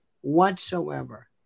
whatsoever